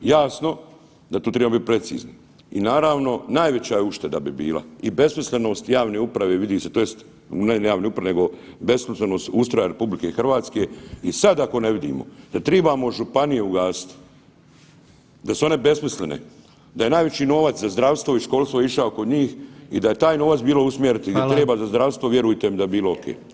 Jasno da tu treba biti precizni i naravno, najveća ušteda bi bila i besmislenost javne uprave, vidi se, tj. u ne javne uprave nego besmislenost ustroja RH i sad ako ne vidimo da trebamo županije ugasiti, da su one besmislene, da ne najveći novac za zdravstvo i školstvo išao kod njih i da je taj novac bilo usmjeriti [[Upadica: Hvala.]] gdje treba za zdravstvo, vjerujte mi da bi bilo oke.